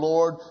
Lord